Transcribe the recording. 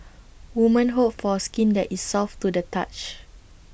women hope for skin that is soft to the touch